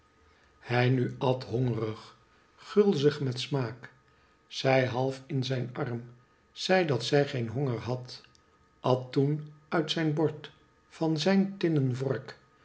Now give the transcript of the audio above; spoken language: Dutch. hij nu at hongerig gulzig met smaak zij half in zijn arm zei dat zij geen honger had at toen uit zijn bord van zijn tinnen vork